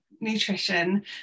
Nutrition